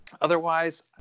Otherwise